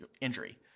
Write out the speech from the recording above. injury